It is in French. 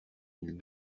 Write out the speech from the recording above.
mille